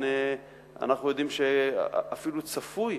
אנחנו יודעים שאפילו צפוי